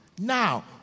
Now